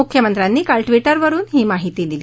मुख्यमंत्र्यांनी काल ट्विटरवरून ही माहिती दिली